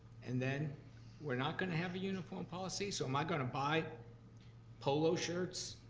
and then we're not gonna have a uniform policy? so am i gonna buy polo shirts